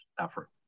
effort